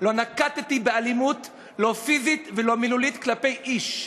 לא נקטתי אלימות, לא פיזית ולא מילולית, כלפי איש.